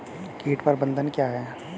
कीट प्रबंधन क्या है?